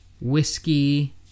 whiskey